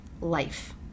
life